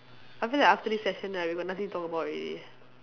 I feel like after this session right we got nothing to talk about already